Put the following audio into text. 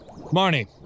Marnie